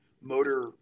motor